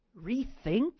rethink